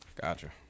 Gotcha